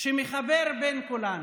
שמחבר בין כולנו.